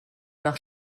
nach